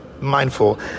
mindful